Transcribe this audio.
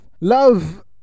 Love